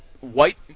White